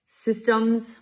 systems